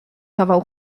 kawał